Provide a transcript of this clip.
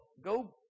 go